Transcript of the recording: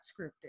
scripted